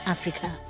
Africa